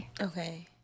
okay